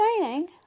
shining